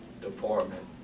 department